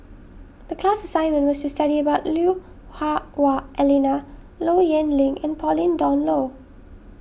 the class assignment was to study about Lui Hah Wah Elena Low Yen Ling and Pauline Dawn Loh